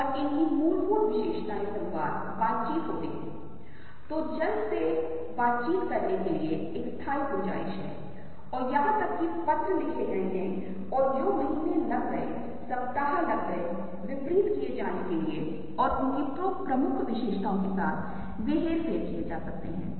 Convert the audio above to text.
और यहाँ आप देखते हैं कि मैं विरोधाभासी छवियों के बारे में बात कर रहा था जहाँ परिवर्तन हो रहा है और आप Eschers के बहुत ही रोमांचक चित्रों को देख सकते हैं उनके बारे में विचार करने के लिए और उस परिवर्तन के तरीके दिन रात में तब्दील रात दिन में तब्दील हो जाती है आकाश पृथ्वी में बदल जाता है और पृथ्वी आकाश में बदल जाती है